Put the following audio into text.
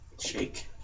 Shake